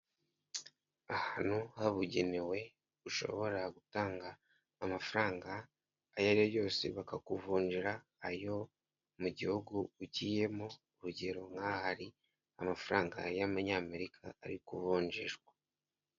Ahantu habugenewe ushobora gutanga amafaranga, ayo ari yose bakakuvunjira ayo mu gihugu ugiyemo, urugero nk'ahari amafaranga y' Amanyamerika ari kuvunjishwa.